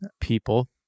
people